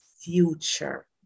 future